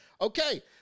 Okay